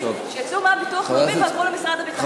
שיצאו מהביטוח הלאומי ועברו למשרד הביטחון.